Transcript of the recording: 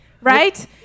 Right